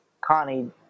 Connie